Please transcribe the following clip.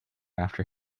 after